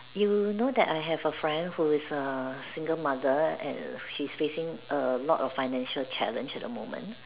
you know that I have a friend who is a single mother and she's facing a lot of financial challenge at the moment